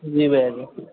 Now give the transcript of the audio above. जी भैया जी